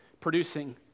producing